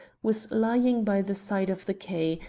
was lying by the side of the quay,